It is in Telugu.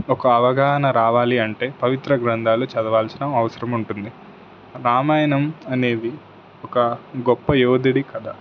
ఒక అవగాహన రావాలి అంటే పవిత్ర గ్రంథాలు చదవాల్సిన అవసరం ఉంటుంది రామాయణం అనేది ఒక గొప్ప యోధుడి కథ